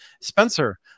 Spencer